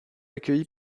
accueilli